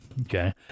okay